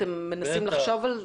אתם מנסים לחשוב על זה?